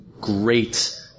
great